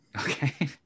Okay